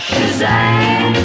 Shazam